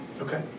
Okay